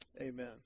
amen